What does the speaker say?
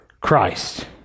Christ